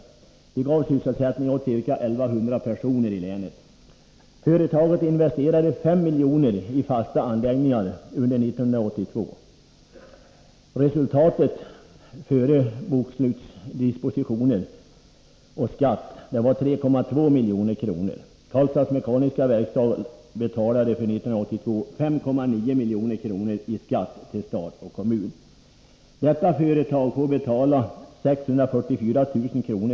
Företaget gav 1982 sysselsättning åt ca 1 100 personer i länet och investerade 5 miljoner i fasta anläggningar. Resultatet före bokslutsdispositioner och skatt var 3,2 milj.kr. Detta företag skulle ha fått betala 644 000 kr.